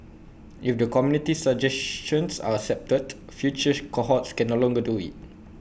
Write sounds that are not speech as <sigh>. <noise> if the committee's suggestions are accepted future cohorts can no longer do IT